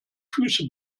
füße